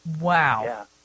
Wow